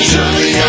Surely